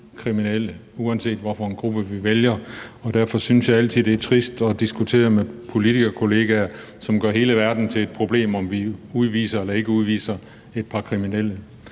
uanset hvad for en gruppe vi vælger, og derfor synes jeg altid, det er trist at diskutere med politikerkollegaer, som gør hele verden til et problem og gør det til et spørgsmål om, om vi udviser eller ikke udviser et par kriminelle.